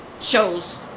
shows